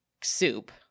soup